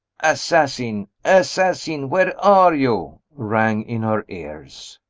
assassin! assassin! where are you? rang in her ears.